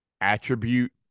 attribute